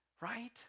Right